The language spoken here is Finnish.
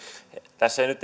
tässä ei nyt